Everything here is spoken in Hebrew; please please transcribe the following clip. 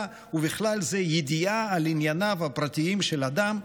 ובכלל זה ידיעה על ענייניו הפרטיים של אדם,